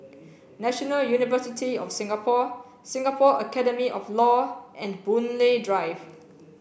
National University of Singapore Singapore Academy of Law and Boon Lay Drive